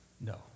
no